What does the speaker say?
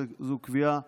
זו קביעה שיפוטית,